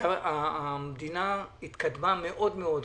שהמדינה התקדמה מאוד מאוד.